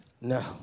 No